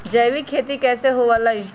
जैविक खेती कैसे हुआ लाई?